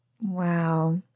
wow